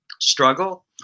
struggle